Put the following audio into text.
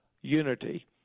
unity